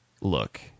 look –